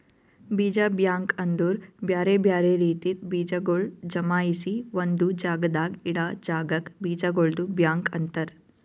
ಬೀಜ ಬ್ಯಾಂಕ್ ಅಂದುರ್ ಬ್ಯಾರೆ ಬ್ಯಾರೆ ರೀತಿದ್ ಬೀಜಗೊಳ್ ಜಮಾಯಿಸಿ ಒಂದು ಜಾಗದಾಗ್ ಇಡಾ ಜಾಗಕ್ ಬೀಜಗೊಳ್ದು ಬ್ಯಾಂಕ್ ಅಂತರ್